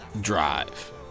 drive